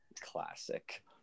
Classic